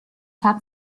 hat